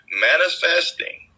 manifesting